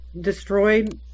destroyed